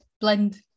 blend